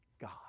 God